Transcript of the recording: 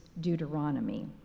Deuteronomy